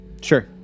Sure